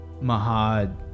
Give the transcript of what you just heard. Mahad